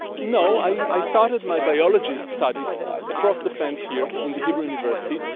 no, i i started my biology studies across the fence here in the hebrew university,